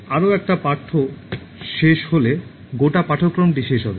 আরও একটা পাঠ্য শেষ হলে গোটা পাঠ্যক্রমটি শেষ হবে